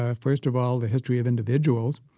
ah first of all, the history of individuals,